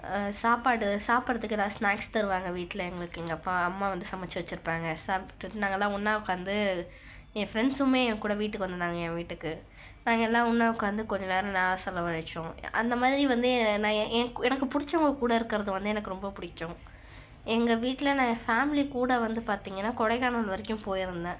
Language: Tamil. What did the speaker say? சாப்பாடு சாப்பிடுறதுக்கு ஏதாவது ஸ்நேக்ஸ் தருவாங்க வீட்டில் எங்களுக்கு எங்கள் அப்பா அம்மா வந்து சமைத்து வச்சிருப்பாங்க சாப்டுட்டுட்டு நாங்கள்லாம் ஒன்றா உட்காந்து என் ஃப்ரெண்ட்ஸுமே என் கூட வீட்டுக்கு வந்திருந்தாங்க என் வீட்டுக்கு நாங்கள் எல்லாம் ஒன்றா உட்காந்து கொஞ்ச நேரம் நேரம் செலவழிச்சிடுவோம் அந்த மாதிரி வந்து நான் என் எனக்கு புடிச்சவங்க கூட இருக்கிறது வந்து எனக்கு ரொம்ப பிடிக்கும் எங்கள் வீட்டில் நான் என் ஃபேம்லி கூட வந்து பார்த்திங்கன்னா கொடைக்கானல் வரைக்கும் போயிருந்தேன்